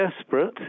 desperate